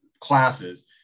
classes